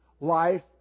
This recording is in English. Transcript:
life